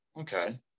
Okay